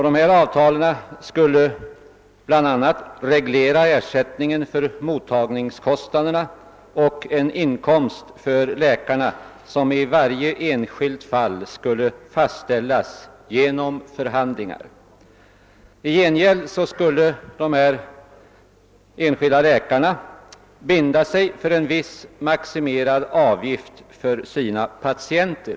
Dessa avtal skulle bl.a. reglera ersättningen för mottagningskostnaderna och en inkomst för läkarna som i varje enskilt fall skulle fastställas genom förhandlingar. I gengäld skulle de enskilda läkarna binda sig för en viss maximerad avgift från sina patienter.